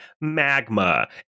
magma